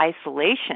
isolation